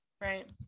right